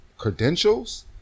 Credentials